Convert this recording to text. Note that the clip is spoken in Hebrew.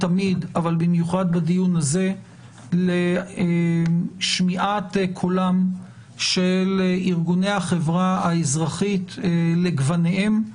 אבל במיוחד בדיון הזה לשמיעת קולם של ארגוני החברה האזרחית לגווניהם,